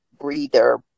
breather